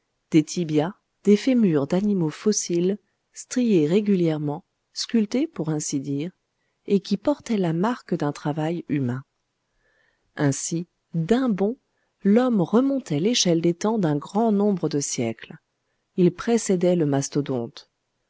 tibias des fémurs d'animaux fossiles striés régulièrement sculptés pour ainsi dire et qui portaient la marque d'un travail humain ainsi d'un bond l'homme remontait l'échelle des temps d'un grand nombre de siècles il précédait le mastodonde